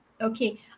Okay